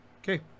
Okay